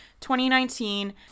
2019